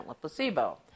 placebo